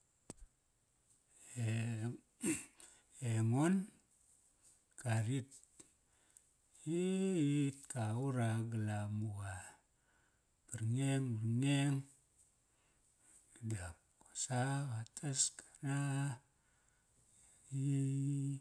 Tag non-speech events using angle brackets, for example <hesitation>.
<hesitation> <noise> eng on karit iiit ka qut a galamuqi bar ngeng bar ngeng. Dap kosa qatas kark nga iii